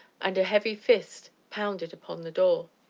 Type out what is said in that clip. and a heavy fist pounded upon the door.